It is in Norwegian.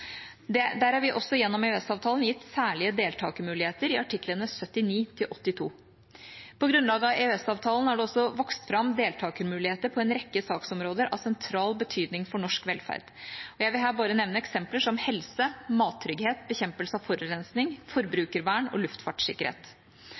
Der er vi også gjennom EØS-avtalen gitt særlige deltakermuligheter i artiklene 79–82. På grunnlag av EØS-avtalen er det også vokst fram deltakermuligheter på en rekke saksområder av sentral betydning for norsk velferd. Jeg vil her bare nevne eksempler som helse, mattrygghet, bekjempelse av forurensning,